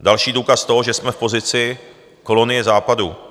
Další důkaz toho, že jsme v pozici kolonie Západu.